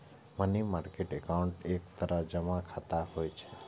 money market account एक तरह जमा खाता होइ छै